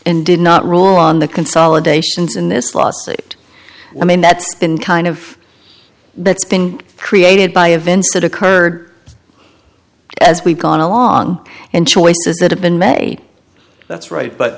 did not rule on the consolidations in this lawsuit i mean that's been kind of that's been created by events that occurred as we've gone along and choices that have been made that's right but